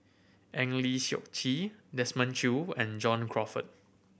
Eng Lee Seok Chee Desmond Choo and John Crawfurd